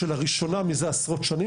שלראשונה מזה עשרות שנים,